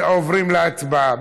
עוברים להצבעה.